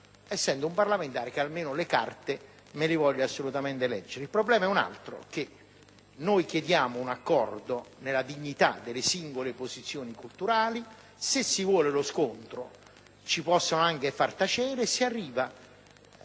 essendo io un parlamentare che le carte le vuole assolutamente leggere. Il problema è un altro: noi chiediamo un accordo, nella dignità delle singole posizioni culturali; se si vuole lo scontro, ci possono anche far tacere e così si arriverà